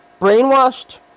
Brainwashed